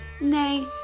nay